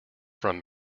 from